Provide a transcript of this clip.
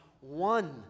one